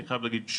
אני חייב להגיד,